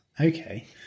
okay